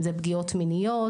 אם זה פגיעות מיניות,